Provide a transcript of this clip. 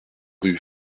rue